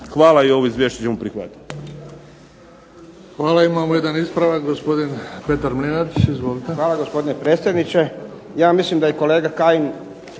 Hvala. I ovo Izvješće ćemo prihvatiti.